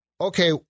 okay